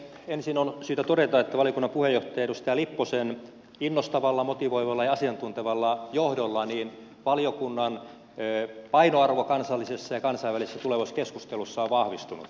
ensin on syytä todeta että valiokunnan puheenjohtaja edustaja lipposen innostavalla motivoivalla ja asiantuntevalla johdolla valiokunnan painoarvo kansallisessa ja kansainvälisessä tulevaisuuskeskustelussa on vahvistunut